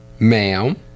ma'am